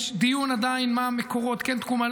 יש דיון עדיין מה המקורות: כן תקומה,